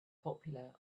popular